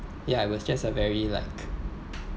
yeah I was just a very like